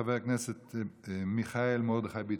חבר הכנסת מיכאל מרדכי ביטון,